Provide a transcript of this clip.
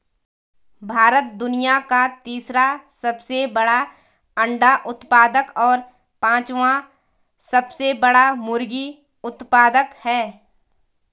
भारत दुनिया का तीसरा सबसे बड़ा अंडा उत्पादक और पांचवां सबसे बड़ा मुर्गी उत्पादक है